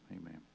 Amen